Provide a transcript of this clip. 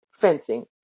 fencing